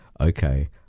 okay